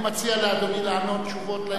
אני מציע לאדוני לענות תשובות לעניין.